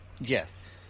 Yes